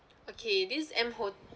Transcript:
okay this M hotel